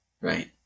Right